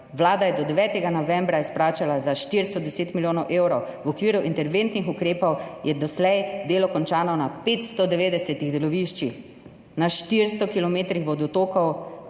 Vlada je do 9. novembra izplačala za 410 milijonov evrov, v okviru interventnih ukrepov je doslej delo končano na 590 deloviščih, na 400 kilometrih vodotokov,